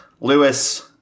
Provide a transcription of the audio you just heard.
Lewis